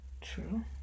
True